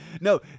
No